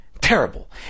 terrible